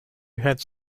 heads